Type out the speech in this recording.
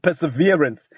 perseverance